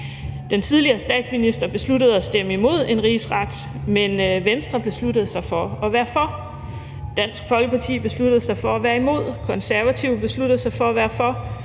Den tidligere statsminister besluttede at stemme imod en rigsret, men Venstre besluttede sig for at være for. Dansk Folkeparti besluttede sig for at være imod, Konservative besluttede sig for at være for.